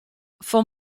fan